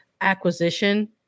acquisition